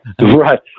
Right